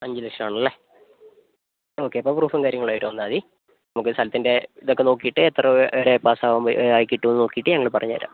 അഞ്ച് ലക്ഷമാണല്ലേ ഓക്കെ അപ്പം പ്രൂഫും കാര്യങ്ങളും ആയിട്ട് വന്നാൽ മതി നമുക്ക് ഒരു സ്ഥലത്തിൻ്റെ ഇതൊക്കെ നോക്കിയിട്ട് എത്ര രൂപ വരെ പാസ് ആവും ആയി കിട്ടുമെന്ന് നോക്കിയിട്ട് ഞങ്ങൾ പറഞ്ഞുതരാം